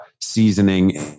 seasoning